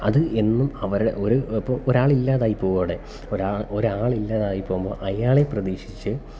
അത് എന്നും അവരുടെ ഒരു ഇപ്പോൾ ഒരാളില്ലാതെയായിപ്പോകും അവിടെ ഒരാൾ ഒരാളില്ലാതായി പോകുമ്പോൾ അയാളെ പ്രതീക്ഷിച്ച്